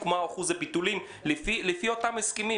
מה אחוז הביטולים לפי אותם הסכמים,